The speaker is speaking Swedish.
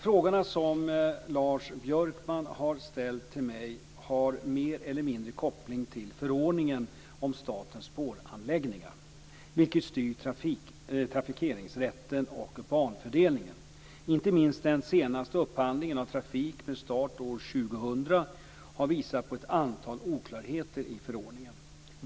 Frågorna som Lars Björkman har ställt till mig har mer eller mindre koppling till förordningen om statens spåranläggningar, vilken styr trafikeringsrätten och banfördelningen. Inte minst den senaste upphandlingen av trafik med start år 2000 har visat på ett antal oklarheter i förordningen.